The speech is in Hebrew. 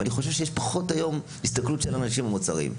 אני חושב שיש היום פחות הסתכלות של אנשים על מוצרים.